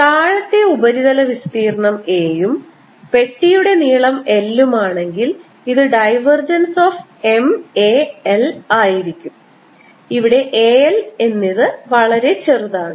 താഴത്തെ ഉപരിതല വിസ്തീർണ്ണം a യും പെട്ടിയുടെ നീളം l ഉം ആണെങ്കിൽ ഇത് divergence of M a l ആയിരിക്കുംഇവിടെ a l എന്നിവ വളരെ ചെറുതാണ്